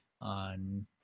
on